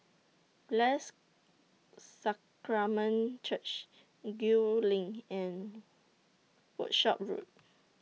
Blessed Sacrament Church Gul LINK and Workshop Road